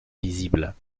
visibles